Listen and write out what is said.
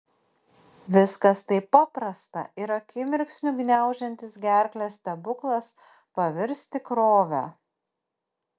viskas taip paprasta ir akimirksniu gniaužiantis gerklę stebuklas pavirs tikrove